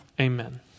amen